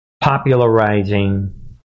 popularizing